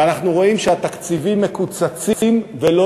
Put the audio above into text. ואנחנו רואים שתקציבים מקוצצים ולא